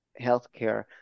healthcare